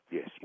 Yes